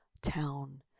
town